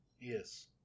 Yes